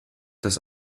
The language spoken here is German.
das